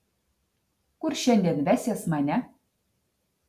kur šiandien vesies mane